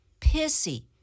Pissy